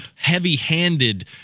heavy-handed